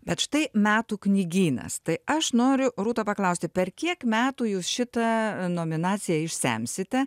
bet štai metų knygynas tai aš noriu rūtą paklausti per kiek metų jūs šitą e nominaciją išsisemsite